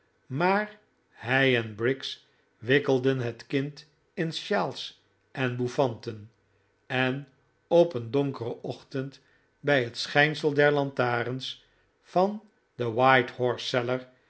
maar hij en briggs wikkelden het kind in sjaals en bouffanten en op een donkeren ochtend bij het schijnsel der lantaarns van de